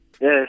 Yes